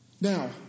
Now